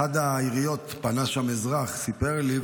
באחת העיריות פנה אזרח וסיפר לי,